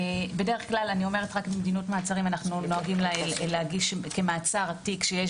בדרך כלל אנחנו נוהגים להגיש כמעצר תיק שיש